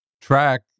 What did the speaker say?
Track